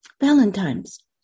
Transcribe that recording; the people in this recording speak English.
Valentine's